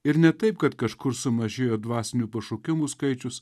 ir ne taip kad kažkur sumažėjo dvasinių pašaukimų skaičius